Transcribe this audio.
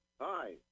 hi